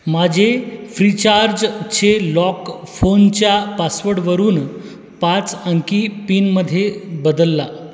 माझे फ्रीचार्जचे लॉक फोनच्या पासवर्डवरून पाच अंकी पिनमध्ये बदलला